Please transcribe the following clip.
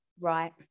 Right